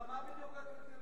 מה בדיוק הקריטריון?